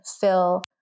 fill